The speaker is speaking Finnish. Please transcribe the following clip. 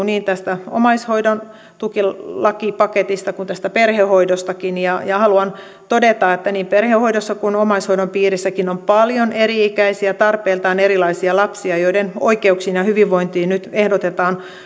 niin tästä omaishoidon tuki lakipaketista kuin tästä perhehoidostakin ja ja haluan todeta että niin perhehoidossa kuin omaishoidon piirissäkin on paljon eri ikäisiä tarpeiltaan erilaisia lapsia joiden oikeuksiin ja hyvinvointiin nyt ehdotetaan